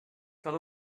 cal